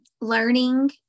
learning